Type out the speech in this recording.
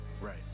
Right